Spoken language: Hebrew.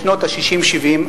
בשנות ה-60 ו-70,